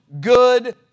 good